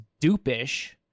dupish